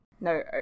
No